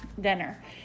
dinner